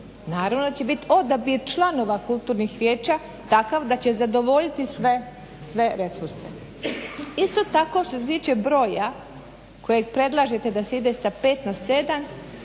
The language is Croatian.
Naravno da će biti odabir članova kulturnih vijeća takav da će zadovoljiti sve resurse. Isto tako što se tiče broja koji predlažete da se ide sa pet na sedam,